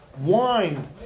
wine